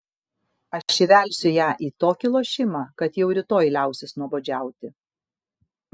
aš įvelsiu ją į tokį lošimą kad jau rytoj liausis nuobodžiauti